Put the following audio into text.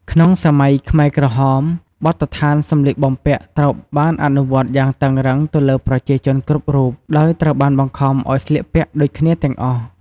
ក្នុងសម័យខ្មែរក្រហម បទដ្ឋានសម្លៀកបំពាក់ត្រូវបានអនុវត្តយ៉ាងតឹងរ៉ឹងទៅលើប្រជាជនគ្រប់រូប ដោយត្រូវបានបង្ខំឲ្យស្លៀកពាក់ដូចគ្នាទាំងអស់។